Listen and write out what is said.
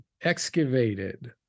excavated